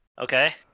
Okay